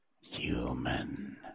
human